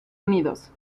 unidos